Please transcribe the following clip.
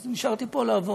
אז נשארתי פה לעבוד.